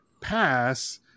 pass